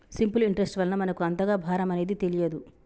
simple interest వలన మనకు అంతగా భారం అనేది తెలియదు